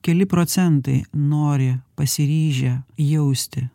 keli procentai nori pasiryžę jausti